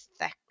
thick